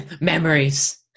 memories